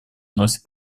носит